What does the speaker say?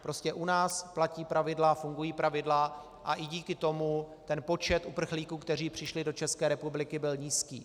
Prostě u nás platí pravidla, fungují pravidla a i díky tomu počet uprchlíků, kteří přišli do České republiky, byl nízký.